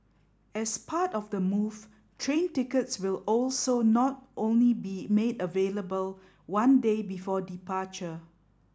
as part of the move train tickets will also not only be made available one day before departure